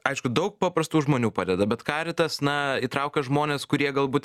aišku daug paprastų žmonių padeda bet caritas na įtraukia žmones kurie galbūt